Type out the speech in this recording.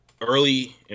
early